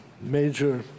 major